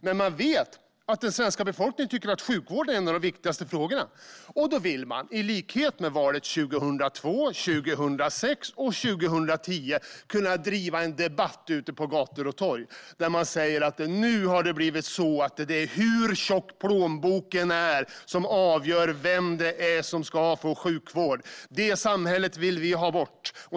Men de vet att den svenska befolkningen tycker att sjukvården är en av de viktigaste frågorna och vill därför, i likhet med inför valen 2002, 2006 och 2010, kunna driva en debatt ute på gator och torg och säga att det nu har blivit plånbokens tjocklek som avgör vem som ska få sjukvård. Det samhället vill vi ha bort!